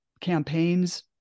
campaigns